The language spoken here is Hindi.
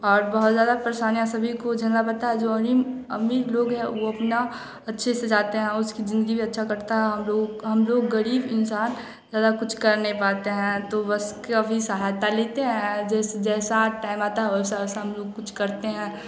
और बहुत ज़्यादा परेशानियाँ सभी को झेलना पड़ता है जो अरीम अमीर लोग हैं वह अपना अच्छे से जाते हैं उसकी ज़िन्दगी भी अच्छा कटता है हम लोग हम लोग गरीब इंसान ज़्यादा कुछ कर नहीं पाते हैं तो बस का कभी सहायता लेते हैं जैस जैसा टाइम आता है वैसा वैसा हम लोग कुछ करते हैं